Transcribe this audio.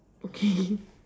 okay